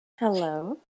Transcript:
Hello